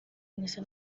neza